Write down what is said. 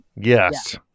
Yes